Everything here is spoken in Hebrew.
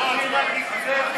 אני רק הקראתי טקסט.